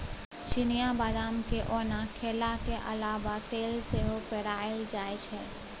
चिनियाँ बदाम केँ ओना खेलाक अलाबा तेल सेहो पेराएल जाइ छै